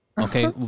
Okay